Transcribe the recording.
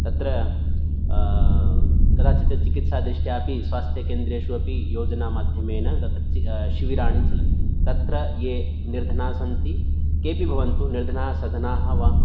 तत्र कदाचित् चिकित्सादृष्ट्या अपि स्वास्थ्यकेन्द्रेषु अपि योजनामाध्यमेन तत्र शिबिराणि चलन्ति तत्र ये निर्धनाः सन्ति केऽपि भवन्तु निर्धनाः सधनाः वा